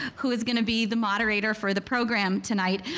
who is gonna be the moderator for the program tonight.